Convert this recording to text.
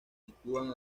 sitúan